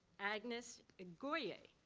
agnes igoye.